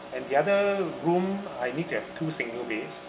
and the other room I needed to have two single beds